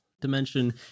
dimension